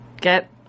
get